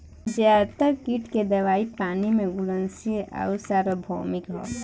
ज्यादातर कीट के दवाई पानी में घुलनशील आउर सार्वभौमिक ह?